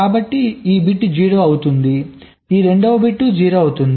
కాబట్టి ఈ బిట్ 0 అవుతుంది కాబట్టి ఈ రెండవ బిట్ 0 అవుతుంది